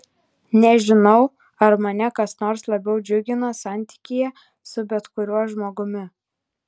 nežinau ar mane kas nors labiau džiugina santykyje su bet kuriuo žmogumi